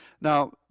Now